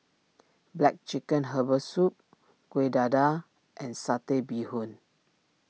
Black Chicken Herbal Soup Kuih Dadar and Satay Bee Hoon